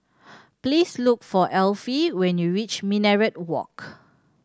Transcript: please look for Elfie when you reach Minaret Walk